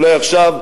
אולי עכשיו,